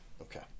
Okay